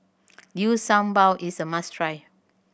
Liu Sha Bao is a must try